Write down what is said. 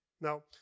Now